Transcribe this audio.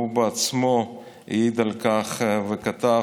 הוא בעצמו העיד על כך וכתב: